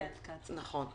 נכון.